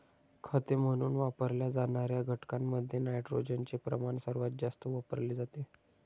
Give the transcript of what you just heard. खते म्हणून वापरल्या जाणार्या घटकांमध्ये नायट्रोजनचे प्रमाण सर्वात जास्त वापरले जाते